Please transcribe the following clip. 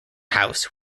house